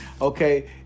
Okay